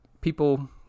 people